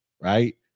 right